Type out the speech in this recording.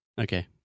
okay